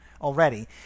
already